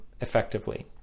effectively